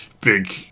big